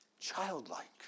childlike